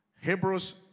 Hebrews